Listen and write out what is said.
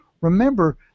remember